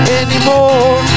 anymore